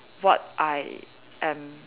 what I am